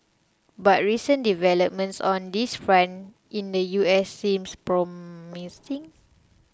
but recent developments on this front in the US seems promising